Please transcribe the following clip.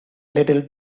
little